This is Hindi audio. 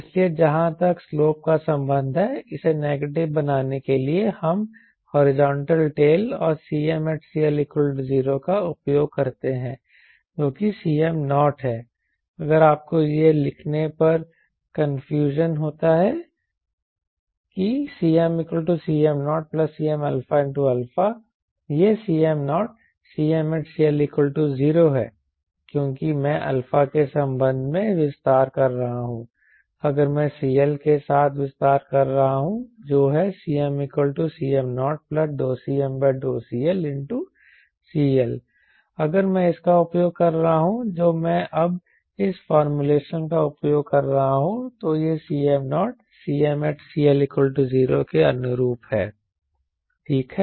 इसलिए जहां तक स्लोप का संबंध है इसे नेगेटिव बनाने के लिए हम हॉरिजॉन्टल टेल और Cmat CL0 का उपयोग करते हैं जो कि Cm0 है अगर आपको यह लिखने पर कन्फ्यूजन होता है कि CmCm0Cmαα यह Cm0 Cmat CL0 है क्योंकि मैं α के संबंध में विस्तार कर रहा हूं अगर मैं CL के साथ विस्तार कर रहा हूं जो है CmCm0CmCLCL अगर मैं इसका उपयोग कर रहा हूं जो मैं अब इस फॉर्मूलेशन का उपयोग कर रहा हूं तो यह Cm0 Cmat CL0 के अनुरूप हैठीक है